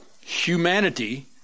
humanity